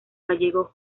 gallego